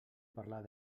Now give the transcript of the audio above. parlar